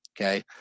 okay